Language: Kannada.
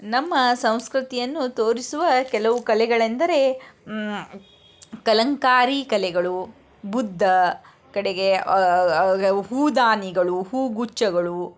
ನಮ್ಮ ಸಂಸ್ಕೃತಿಯನ್ನು ತೋರಿಸುವ ಕೆಲವು ಕಲೆಗಳೆಂದರೆ ಕಲಂಕಾರಿ ಕಲೆಗಳು ಬುದ್ದ ಕಡೆಗೆ ಹೂ ದಾನಿಗಳು ಹೂಗುಚ್ಛಗಳು